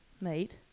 made